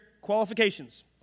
qualifications